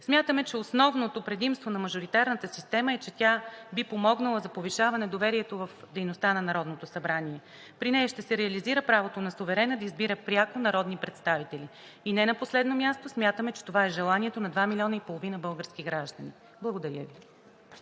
Смятаме, че основното предимство на мажоритарната система е, че тя би помогнала за повишаване доверието в дейността на Народното събрание. При нея ще се реализира правото на суверена да избира пряко народни представители. И не на последно място, смятаме, че това е желанието на 2,5 милиона български граждани. Благодаря Ви.